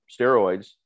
steroids